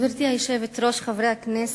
גברתי היושבת-ראש, חברי הכנסת,